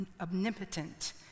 omnipotent